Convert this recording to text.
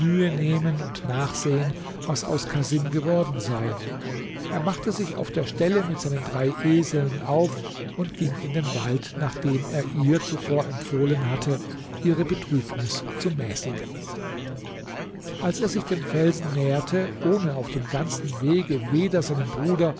nehmen und nachsehen was aus casim geworden sei er machte sich auf der stelle mit seinen drei eseln auf und ging in den wald nachdem er ihr zuvor empfohlen hatte ihre betrübnis zu mäßigen als er sich dem felsen näherte ohne auf dem ganzen wege weder seinen bruder